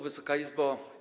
Wysoka Izbo!